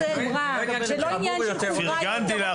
פרגנתי לך שיכול להיות שגם אם זה היה